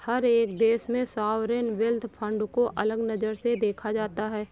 हर एक देश के सॉवरेन वेल्थ फंड को अलग नजर से देखा जाता है